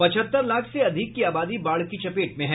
पचहत्तर लाख से अधिक की आबादी बाढ़ की चपेट में है